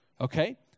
Okay